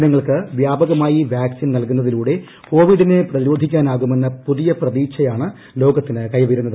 ജനങ്ങൾക്ക് വ്യാപകമായി വാക്സിൻ നൽകുന്നതിലൂടെ കോവിഡിനെ പ്രതിരോധിക്കാനാകുമെന്ന പുതിയ പ്രതീക്ഷയാണ് ലോകത്തിന് കൈവരുന്നത്